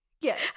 yes